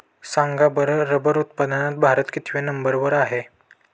सांगा बरं रबर उत्पादनात भारत कितव्या नंबर वर आहे?